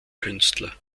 künstler